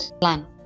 plan